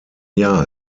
jahr